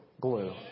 Glue